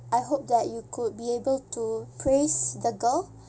I hope that you could be able to praise the girl